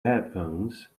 headphones